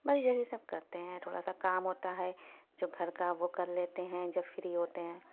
بس یہی سب کرتے ہیں تھوڑا سا کام ہوتا ہے جو گھر کا وہ کر لیتے ہیں جب فری ہوتے ہیں